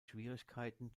schwierigkeiten